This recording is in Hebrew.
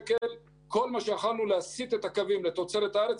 בכל מה שיכולנו להסיט את הקווים לתוצרת הארץ,